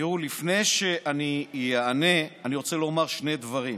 תראו, לפני שאני אענה, אני רוצה לומר שני דברים: